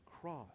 cross